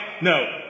No